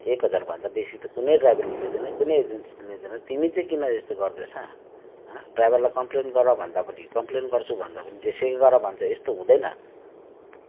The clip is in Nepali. एक हजार भन्दा त कुनै ड्राइभरले लिँदैन कुनै एजेन्सीले लिँदैन तिमी चाहिँ किन यस्तो गर्दै छ ड्राइभरलाई कम्प्लेन गर भन्दा पनि कम्प्लेन गर्छु भन्दा पनि जे सुकै गर भन्छ यस्तो हुँदैन